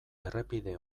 errepide